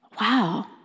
wow